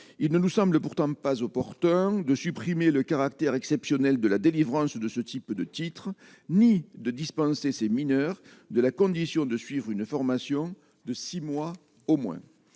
il ne nous semble pourtant pas opportun de supprimer le caractère exceptionnel de la délivrance de ce type de titres ni de dispenser ces mineurs de la condition de suivre une formation de 6 mois au moins